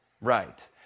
Right